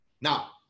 Now